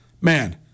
man